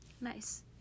Nice